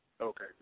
Okay